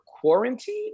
quarantine